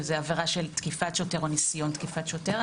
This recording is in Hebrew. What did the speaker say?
שזו עבירה של תקיפת שוטר או ניסיון תקיפת שוטר.